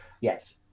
yes